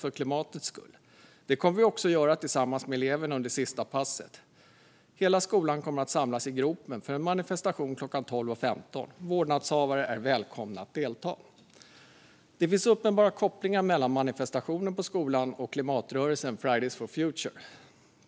Vidare står det så här: "Det kommer vi också att göra tillsammans med eleverna under sista passet. Hela skolan kommer att samlas i gropen för en manifestation klockan 12.15, vårdnadshavare är välkomna att delta." Det finns uppenbara kopplingar mellan manifestationen på skolan och klimatrörelsen Fridays for Future.